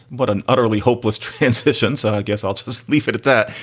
what an utterly hopeless transition. so i guess i'll just leave it at that.